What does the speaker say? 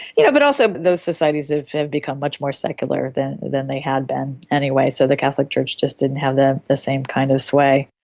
you know but also those societies have become much more secular than than they had been anyway, so the catholic church just didn't have the the same kind of sway.